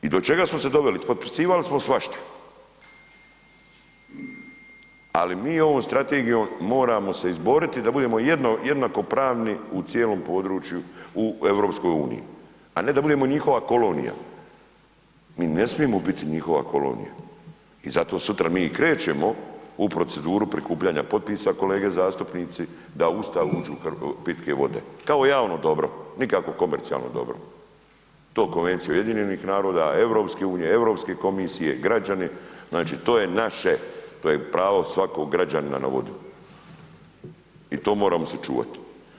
I do čega smo se doveli, potpisivali smo svašta, ali mi ovom strategijom moramo se izboriti da budemo jednakopravni u cijelom području, u EU, a ne da budemo njihova kolonija, mi ne smijemo bit njihova kolonija i zato sutra mi i krećemo u proceduru prikupljanja potpisa kolege zastupnici da u Ustav uđu pitke vode kao javno dobro, nikako komercijalno dobro, to Konvencije UN-a, EU, Europske komisije, građani, znači to je naše, to je pravo svakog građanina na vodu i to moramo sačuvat.